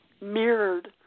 mirrored